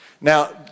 Now